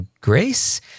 Grace